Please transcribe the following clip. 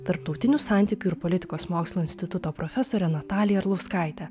tarptautinių santykių ir politikos mokslų instituto profesore natalija arlauskaite